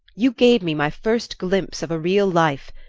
you gave me my first glimpse of a real life,